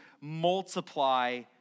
multiply